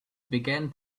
began